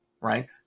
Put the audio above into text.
right